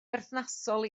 berthnasol